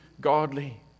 godly